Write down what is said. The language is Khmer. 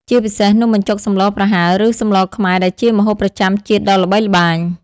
ជាពិសេសនំបញ្ចុកសម្លរប្រហើរ ឬសម្លរខ្មែរដែលជាម្ហូបប្រចាំជាតិដ៏ល្បីល្បាញ ។